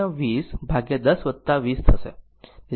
તેથી તે 200 ભાગ્યા 30 203 Ω હશે